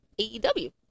AEW